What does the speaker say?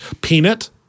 Peanut